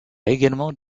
également